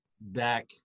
back